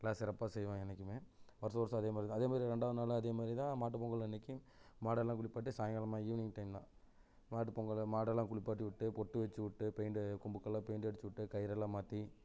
நல்லா சிறப்பாக செய்வோம் என்றைக்குமே வருஷோம் வருஷோம் அதேமாதிரி தான் அதேமாதிரி ரெண்டாவது நாளும் அதேமாதிரி தான் மாட்டு பொங்கல் அன்றைக்கும் மாடெல்லாம் குளிப்பாட்டி சாய்ங்காலமாக ஈவினிங் டைம் தான் மாட்டு பொங்கல் மாடெல்லாம் குளிப்பாட்டி விட்டு போட்டு வச்சி விட்டு பெயிண்டு கொம்புக்கெல்லாம் பெயிண்டு அடிச்சு விட்டு கயிறெல்லாம் மாற்றி